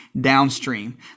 downstream